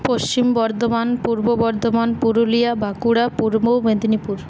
Paschim Bardhaman Purba Bardhaman Purulia Bankura Purba Medinipur